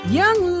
young